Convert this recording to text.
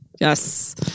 Yes